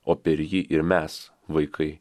o per jį ir mes vaikai